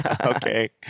Okay